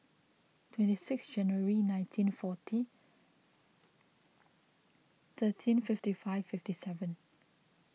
twenty six January nineteen forty thirteen fifty five fifty seven